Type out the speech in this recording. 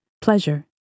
pleasure